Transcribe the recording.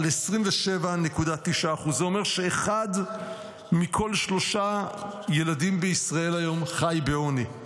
על 27.9%. זה אומר שאחד מכל שלושה ילדים בישראל היום חי בעוני.